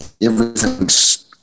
everything's